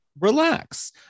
relax